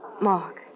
Mark